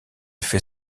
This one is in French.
fait